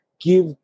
give